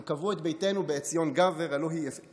הם קבעו את ביתנו בעציון גבר, הלוא היא אילת.